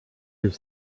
have